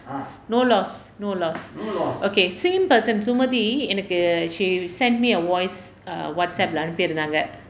no loss no loss okay same person sumathi எனக்கு:enakku err she sent me a voice whatsapp இல்ல அனுப்பி இருந்தாங்க:illa anuppi irunthaanga